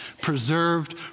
preserved